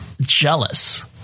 jealous